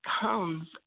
comes